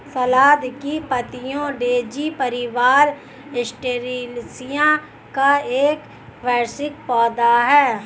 सलाद की पत्तियाँ डेज़ी परिवार, एस्टेरेसिया का एक वार्षिक पौधा है